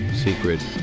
Secret